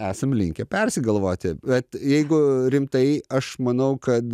esam linkę persigalvoti bet jeigu rimtai aš manau kad